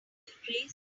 increase